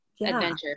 adventure